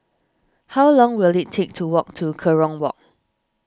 how long will it take to walk to Kerong Walk